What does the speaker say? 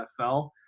NFL